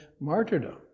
martyrdom